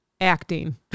acting